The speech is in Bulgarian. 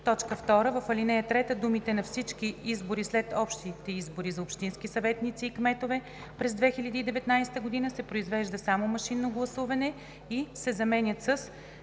2. В ал. 3 думите „На всички избори след общите избори за общински съветници и кметове през 2019 г. се произвежда само машинно гласуване и“ се заменят със